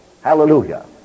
Hallelujah